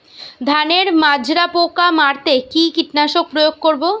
ধানের মাজরা পোকা মারতে কি কীটনাশক প্রয়োগ করব?